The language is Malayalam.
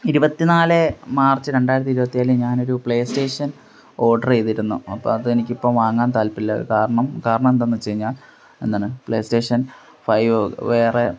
ഇരുപത്തിനാല് മാര്ച്ച് രണ്ടായിരത്തി ഇരുപത്തിയേഴില് ഞാനൊരു പ്ലേ സ്റ്റേഷന് ഓഡ്രെയ്തിരിന്നു അപ്പോള് അതെനിക്കിപ്പോള് വാങ്ങാന് താല്പ്പര്യമില്ല കാരണം കാരണമെന്താണെന്നു വച്ചുകഴിഞ്ഞാല് എന്താണ് പ്ലേ സ്റ്റേഷന് ഫൈവ് വേറെ